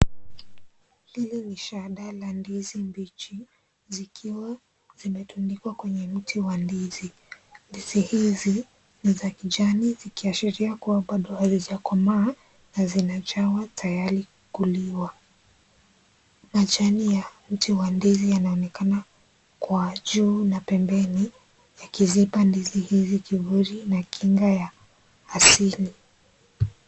Hili ni shada la ndizi mbichi zikiwa zimetundikwa kwenye mti wa ndizi. Ndizi hizi ni za kijani zikiashiria kuwa bado hazijakomaa na zimechunwa tayari kuliwa. Majani ya mti wa ndizi inaonekana kwa juu na pembeni yakizipa ndizi hizi kivuli na kinga ya asili.